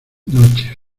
noche